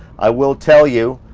i will tell you,